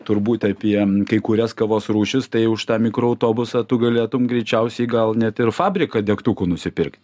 turbūt apie kai kurias kavos rūšis tai už tą mikroautobusą tu galėtum greičiausiai gal net ir fabriką degtukų nusipirkt